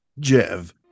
Jev